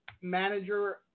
manager